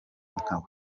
nkawe